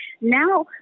now